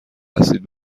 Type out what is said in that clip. هستید